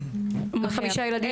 ממוקדים.